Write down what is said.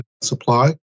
supply